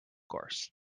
course